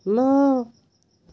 ন